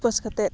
ᱩᱯᱟᱹᱥ ᱠᱟᱛᱮ